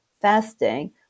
fasting